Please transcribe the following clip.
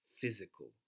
physical